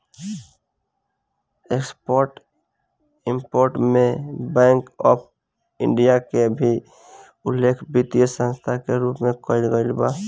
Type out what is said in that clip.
export import में bank of India के भी उल्लेख वित्तीय संस्था के रूप में कईल गईल बा